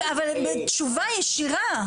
אבל תשובה ישירה,